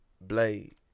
Blade